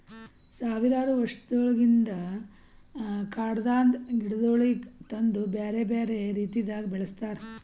ಸಾವಿರಾರು ವರ್ಷಗೊಳಿಂದ್ ಕಾಡದಾಂದ್ ಗಿಡಗೊಳಿಗ್ ತಂದು ಬ್ಯಾರೆ ಬ್ಯಾರೆ ರೀತಿದಾಗ್ ಬೆಳಸ್ತಾರ್